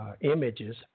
Images